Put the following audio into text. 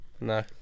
No